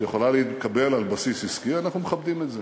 שיכולה להתקבל על בסיס עסקי, אנחנו מכבדים את זה.